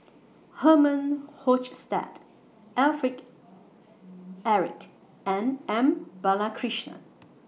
Herman Hochstadt Alfred Eric and M Balakrishnan